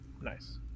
Nice